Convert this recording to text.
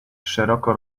szeroko